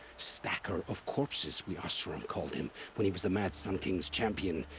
stacker of corpses we oseram called him. when he was the mad sun king's champion.